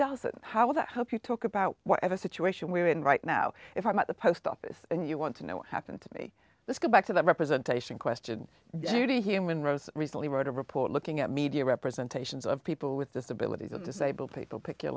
doesn't how will that help you talk about whatever situation we're in right now if i'm at the post office and you want to know what happened to me let's go back to that representation question due to human rows recently wrote a report looking at media representations of people with disabilities and disabled people pick your